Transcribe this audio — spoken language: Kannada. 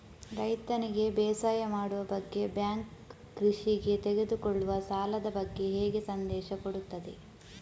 ರೈತನಿಗೆ ಬೇಸಾಯ ಮಾಡುವ ಬಗ್ಗೆ ಬ್ಯಾಂಕ್ ಕೃಷಿಗೆ ತೆಗೆದುಕೊಳ್ಳುವ ಸಾಲದ ಬಗ್ಗೆ ಹೇಗೆ ಸಂದೇಶ ಕೊಡುತ್ತದೆ?